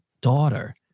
daughter